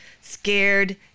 Scared